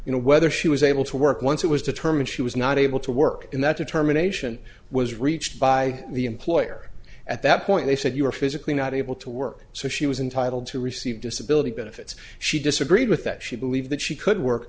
you know whether she was able to work once it was determined she was not able to work in that determination was reached by the employer at that point they said you were physically not able to work so she was entitled to receive disability benefits she disagreed with that she believed that she could work